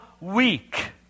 weak